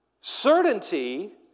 certainty